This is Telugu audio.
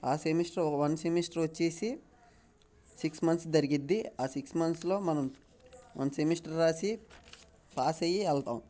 ఆ సెమిస్టర్ వన్ సెమిస్టర్ వచ్చి సిక్స్ మంత్స్ జరిగుద్ది ఆ సిక్స్ మంత్స్లో మనం మన సెమిస్టర్ రాసి పాసు వెళ్తాం